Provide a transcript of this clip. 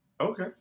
Okay